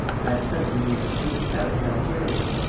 when i settled in the extreme south of algeria,